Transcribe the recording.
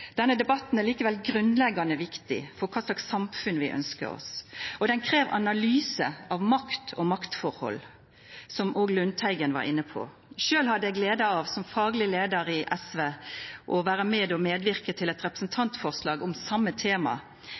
oss, og den krev analyse av makt og maktforhold, som òg Lundteigen var inne på. Sjølv hadde eg gleda av, som fagleg leiar i SV, å vera med og medverka til eit representantforslag om same tema